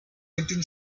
written